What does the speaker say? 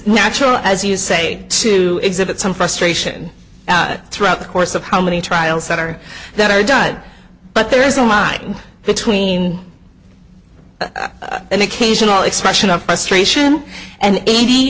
natural as you say to exhibit some frustration at it throughout the course of how many trials that are that are done but there is a line between an occasional expression of frustration and eighty